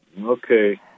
Okay